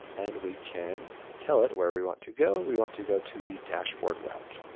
and we can tell it where we want to go. we want to go to the dashboard route.